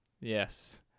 Yes